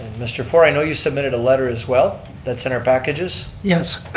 mr. fore, i know your submitted a letter as well that's in our packages. yes,